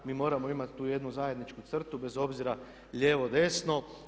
Mi moramo imati tu jednu zajedničku crtu bez obzira lijevo, desno.